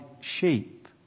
sheep